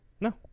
No